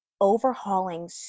overhauling